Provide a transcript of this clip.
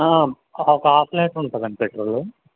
ఒక half litre ఉంటుందండి petrol